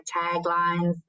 taglines